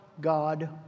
God